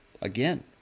Again